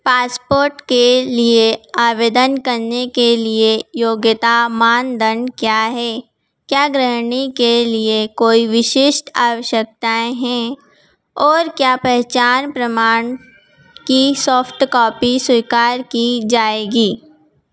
passport के लिए आवेदन करने के लिए योग्यता मानदंड क्या है क्या गृहिणी के लिए कोई विशिष्ट आवश्यकताएँ हैं और क्या पहचान प्रमाण की सॉफ्टकॉपी स्वीकार की जाएगी